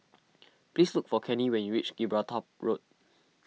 please look for Kenny when you reach Gibraltar Road